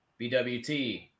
BWT